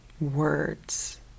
words